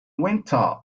winter